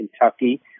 Kentucky